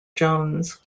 jones